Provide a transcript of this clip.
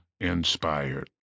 inspired